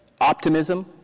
optimism